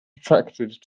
attracted